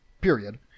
period